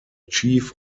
chief